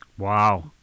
Wow